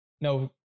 no